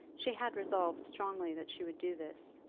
she had resolved strongly that she would do this,